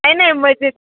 काही नाही मजेत